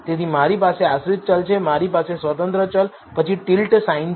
તેથી મારી પાસે આશ્રિત ચલ છે મારી પાસે સ્વતંત્ર ચલ પછી ટિલ્ટ ચિહ્ન છે